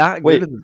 Wait